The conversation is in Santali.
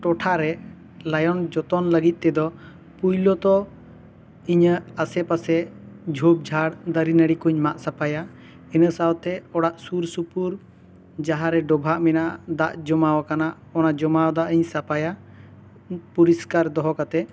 ᱴᱚᱴᱷᱟ ᱨᱮ ᱞᱟᱭᱚᱱ ᱡᱚᱛᱚᱱ ᱞᱟᱹᱜᱤᱫ ᱛᱮᱫᱚ ᱯᱩᱭᱞᱚ ᱛᱚ ᱤᱧᱟᱹᱜ ᱟᱥᱮ ᱯᱟᱥᱮ ᱡᱷᱩᱯ ᱡᱷᱟᱲ ᱫᱟᱹᱨᱤ ᱱᱟᱹᱲᱤ ᱠᱚᱧ ᱢᱟᱜ ᱥᱟᱯᱷᱟᱭᱟ ᱤᱱᱟᱹ ᱥᱟᱶ ᱛᱮ ᱚᱲᱟᱜ ᱥᱩᱨ ᱥᱩᱯᱩᱨ ᱡᱟᱦᱟᱸ ᱨᱮ ᱰᱚᱵᱷᱟᱜ ᱢᱮᱱᱟᱜᱼᱟ ᱫᱟᱜ ᱡᱚᱢᱟᱣᱟᱠᱟᱱᱟ ᱚᱱᱟ ᱡᱚᱢᱟᱣᱫᱟᱜ ᱤᱧ ᱥᱟᱯᱷᱟᱭᱟ ᱯᱚᱨᱤᱥᱠᱟᱨ ᱫᱚᱦᱚ ᱠᱟᱛᱮᱜ